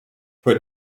put